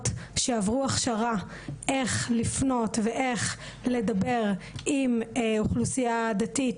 שעברו הכשרה של איך לפנות ואיך לדבר עם אוכלוסייה דתית,